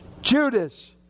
Judas